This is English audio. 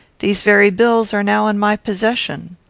these very bills are now in my possession.